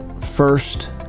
first